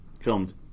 filmed